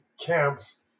camps